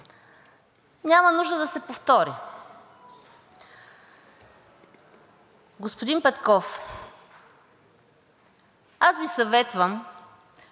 няма нужда да се повтори. Господин Петков, аз Ви съветвам,